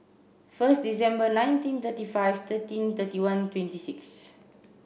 first December nineteen thirty five thirteen thirty one twenty six